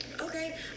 Okay